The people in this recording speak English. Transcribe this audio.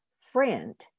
friend